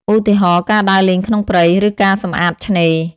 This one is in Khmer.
ឧទាហរណ៍ ការដើរលេងក្នុងព្រៃ ឬការសម្អាតឆ្នេរ។